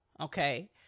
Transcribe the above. Okay